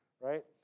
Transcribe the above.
right